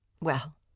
Well